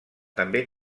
també